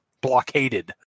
blockaded